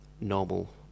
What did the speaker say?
normal